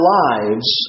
lives